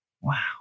Wow